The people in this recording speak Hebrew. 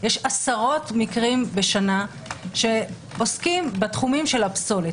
יש עשרות מקרים בשנה שעוסקים בתחומים של הפסולת